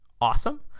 awesome